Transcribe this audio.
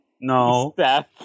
No